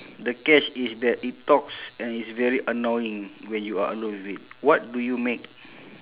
the catch is that it talks and it's very annoying when you are alone with it what do you make